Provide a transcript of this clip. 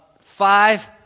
Five